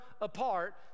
apart